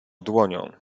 dłonią